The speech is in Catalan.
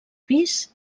pis